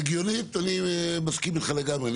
מבחינת ההיגיון אני מסכים איתך לגמרי.